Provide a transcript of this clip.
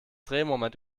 drehmoment